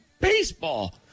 baseball